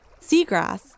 Seagrass